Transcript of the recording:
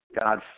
God